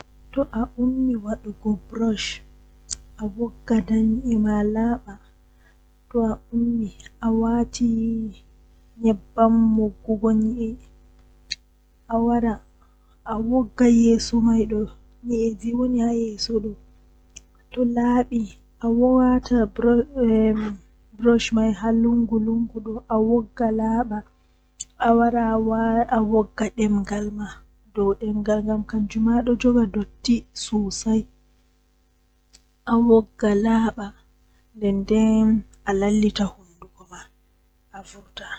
Hoonde didi hoonde, joye jwee didi tati nay joye jweego, hoonde jweetati. Woodi bo jei mi wiyata, hoonde go'o hoonde, bee hoonde tati nay tati hoonde jweetati jweedidi jweetati go'o.